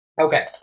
Okay